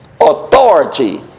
authority